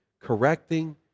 correcting